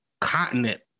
continent